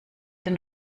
den